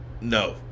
No